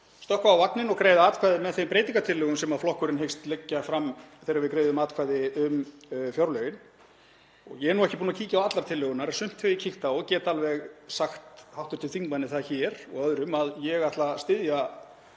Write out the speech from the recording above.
stökkva á vagninn og greiða atkvæði með þeim breytingartillögum sem flokkurinn hyggst leggja fram þegar við greiðum atkvæði um fjárlögin. Ég er ekki búinn að kíkja á allar tillögurnar en sumt hef ég kíkt á og get alveg sagt hv. þingmanni það hér og öðrum að ég ætla að styðja